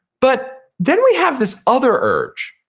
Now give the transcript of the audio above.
but then we have this other urge.